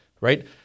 right